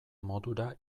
modura